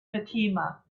fatima